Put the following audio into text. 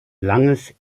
langes